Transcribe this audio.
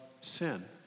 sin